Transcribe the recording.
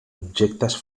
objectes